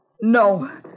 No